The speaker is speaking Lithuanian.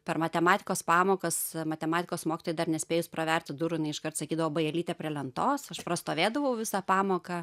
per matematikos pamokas matematikos mokytojai dar nespėjus praverti durų jinai iškart sakydavo bajelytė prie lentos aš prastovėdavau visą pamoką